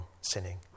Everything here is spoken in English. sinning